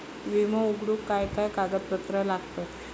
विमो उघडूक काय काय कागदपत्र लागतत?